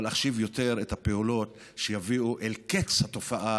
אבל אחשיב יותר את הפעולות שיביאו אל קץ התופעה